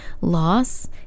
loss